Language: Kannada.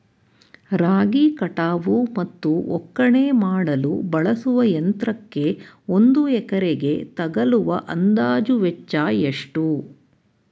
ರಾಗಿ ಕಟಾವು ಮತ್ತು ಒಕ್ಕಣೆ ಮಾಡಲು ಬಳಸುವ ಯಂತ್ರಕ್ಕೆ ಒಂದು ಎಕರೆಗೆ ತಗಲುವ ಅಂದಾಜು ವೆಚ್ಚ ಎಷ್ಟು?